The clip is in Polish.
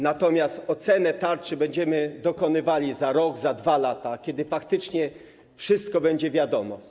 Natomiast oceny tarczy będziemy dokonywali za rok, za 2 lata, kiedy faktycznie wszystko będzie wiadomo.